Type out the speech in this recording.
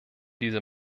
diese